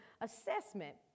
assessment